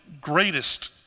greatest